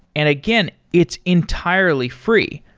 and again, it's entirely free,